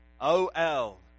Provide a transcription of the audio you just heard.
O-L